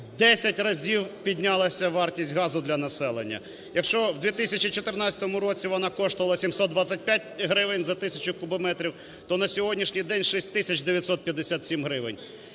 10 разів піднялася вартість газу для населення. Якщо в 2014 році вона коштувала 725 гривень за тисячу кубометрів, то на сьогоднішній день – 6 тисяч